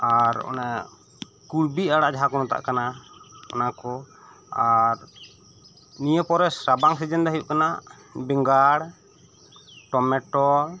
ᱟᱨ ᱚᱱᱮ ᱠᱩᱭᱵᱤ ᱟᱲᱟᱜ ᱡᱟᱦᱟ ᱠᱚ ᱢᱮᱛᱟᱜ ᱠᱟᱱᱟ ᱚᱱᱟ ᱠᱚ ᱟᱨ ᱱᱤᱭᱮ ᱯᱚᱨᱮ ᱨᱟᱵᱟᱝ ᱥᱤᱡᱮᱱ ᱫᱚ ᱦᱩᱭᱩᱜ ᱠᱟᱱᱟ ᱵᱮᱜᱟᱲ ᱴᱚᱢᱮᱴᱳ